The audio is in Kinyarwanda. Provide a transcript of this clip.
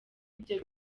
ibyo